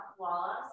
koalas